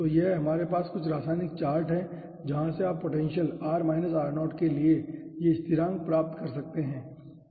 तो यह हमारे पास कुछ रासायनिक चार्ट हैं जहां से आप पोटेंशियल r r0 के लिए ये स्थिरांक प्राप्त कर सकते हैं